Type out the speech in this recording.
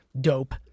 dope